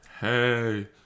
Hey